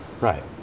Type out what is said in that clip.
right